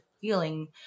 feeling